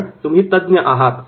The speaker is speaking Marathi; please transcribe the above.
कारण तुम्ही तज्ञ आहात